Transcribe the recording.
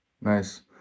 Nice